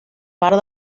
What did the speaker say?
part